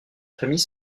famille